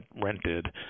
rented